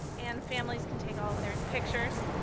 and families can take all their pictures